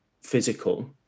physical